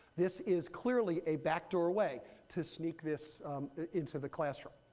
this is clearly a backdoor way to sneak this into the classroom.